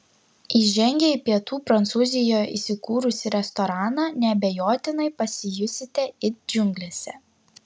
įžengę į pietų prancūzijoje įsikūrusį restoraną neabejotinai pasijusite it džiunglėse